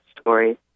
story